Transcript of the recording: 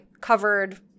covered